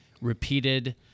repeated